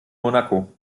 monaco